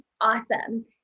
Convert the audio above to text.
awesome